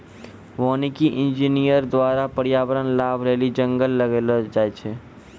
वानिकी इंजीनियर द्वारा प्रर्यावरण लाभ लेली जंगल लगैलो जाय छै